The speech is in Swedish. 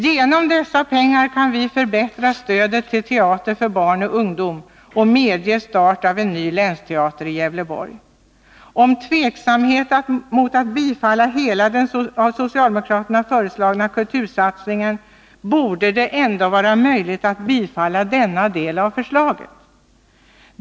Genom dessa pengar kan vi förbättra stödet till teater för barn och ungdom och medge start av en ny länsteater i Gävleborgs län: Om det råder tveksamhet mot att bifalla hela den av socialdemokraterna föreslagna kultursatsningen borde det ändå vara möjligt att bifalla denna del av förslaget.